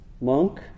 monk